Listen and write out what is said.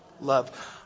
love